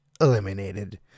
eliminated